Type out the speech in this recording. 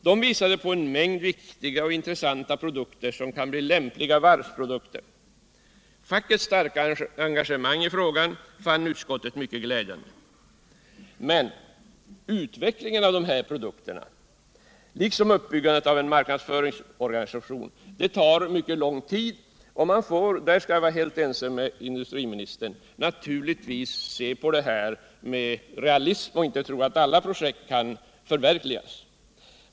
De visade på en mängd värdefulla och intressanta produkter som kan bli lämpliga varvsprodukter. Fackets starka engagemang i frågan fann utskottet mycket glädjande, men utvecklingen av de här produkterna liksom uppbyggandet av en marknadsföringsorganisation tar mycket lång tid och man får — där kan jag vara helt ense med industriministern — naturligtvis se på det hela med realism och inte tro att alla projekt kan förverkligas.